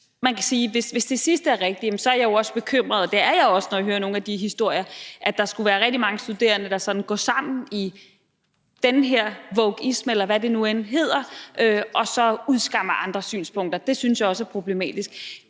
mindretallet? Hvis det sidste er rigtigt, er jeg også bekymret, og det er jeg også, når jeg hører nogle af de historier om, at der skulle være rigtig mange studerende, der sådan går sammen i den her wokeisme, eller hvad det nu end hedder, og udskammer andre synspunkter. Det synes jeg også er problematisk.